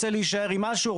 רוצה להישאר עם משהו,